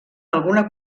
alguna